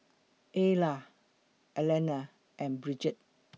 Ayla Alana and Bridget